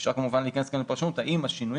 אפשר להיכנס כאן לפרשנות האם השינויים